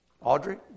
Audrey